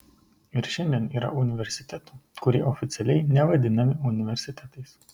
ir šiandien yra universitetų kurie oficialiai nevadinami universitetais